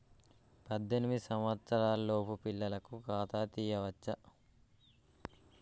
పద్దెనిమిది సంవత్సరాలలోపు పిల్లలకు ఖాతా తీయచ్చా?